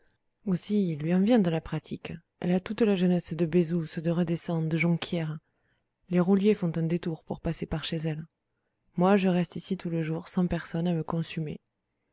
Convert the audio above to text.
aussi il lui en vient de la pratique elle a toute la jeunesse de bezouces de redessan de jonquières les rouliers font un détour pour passer par chez elle moi je reste ici tout le jour sans personne à me